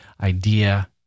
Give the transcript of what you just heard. idea